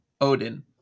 Odin